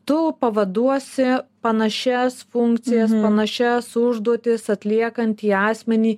tu pavaduosi panašias funkcijas panašias užduotis atliekantį asmenį